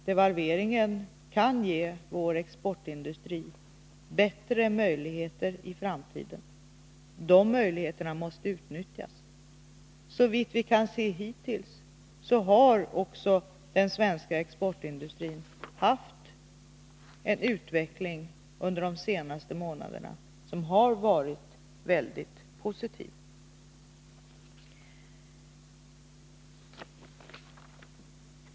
Devalveringen kan ge vår exportindustri bättre möjligheter i framtiden. De möjligheterna måste utnyttjas. Såvitt vi kan se hittills har också den svenska exportindustrin under de senaste månaderna haft en utveckling som varit mycket positiv.